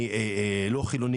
אני לא חילוני,